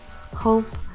Hope